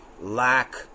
lack